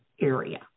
area